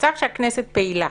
אנחנו במצב שהכנסת פעילה